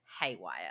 haywire